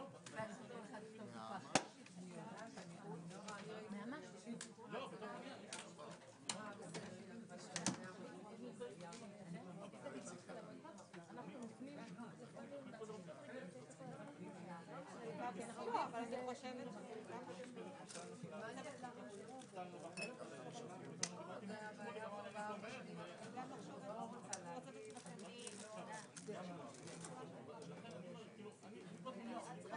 11:05.